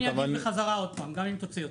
אגיב בחזרה עוד פעם גם אם תוציא אותי.